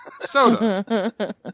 soda